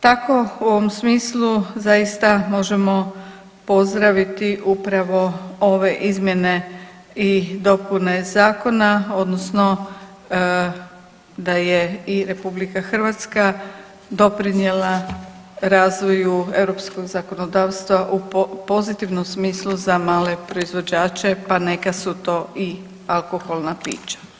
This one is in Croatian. Tako u ovom smislu zaista možemo pozdraviti upravo ove izmjene i dopune zakona odnosno da je i RH doprinjela razvoju europskog zakonodavstva u pozitivnom smislu za male proizvođače, pa neka su to i alkoholna pića.